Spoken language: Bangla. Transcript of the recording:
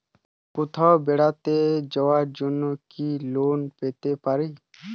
কোথাও বেড়াতে যাওয়ার জন্য কি লোন পেতে পারি?